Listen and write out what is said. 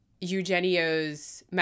Eugenio's